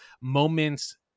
moments